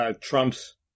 Trump's